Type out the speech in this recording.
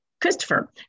Christopher